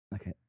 Okay